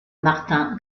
martin